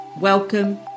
Welcome